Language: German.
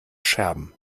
scherben